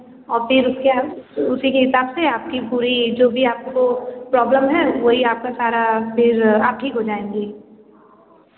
और फिर क्या उसी के हिसाब से आपकी पूरी जो भी आपको प्रॉब्लम है वह ही आपका सारा फिर आप ठीक हो जाएँगी